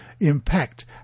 impact